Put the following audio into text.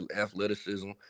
athleticism